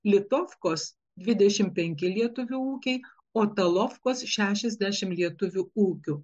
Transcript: litofkos dvidešimt penki lietuvių ūkiai o talofkos šešiasdešimt lietuvių ūkių